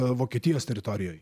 vokietijos teritorijoj